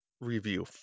review